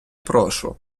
прошу